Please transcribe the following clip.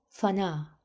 Fana